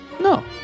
No